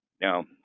Now